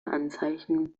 anzeichen